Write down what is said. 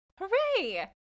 hooray